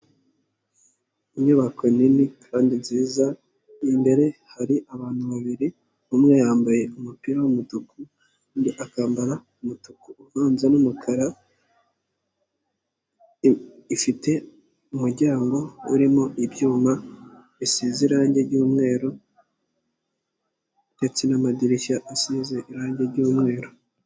Inyubako nini kandi nziza imbere hari abantu babiri umwe yambaye umupira w'umutuku, undi akambara umutuku uranze n'umukara, ifite umuryango urimo ibyuma bisize irangi ry'umweru ndetse n'amadirishya asize irangi ryumweru.